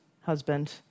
husband